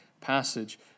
passage